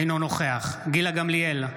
אינו נוכח גילה גמליאל,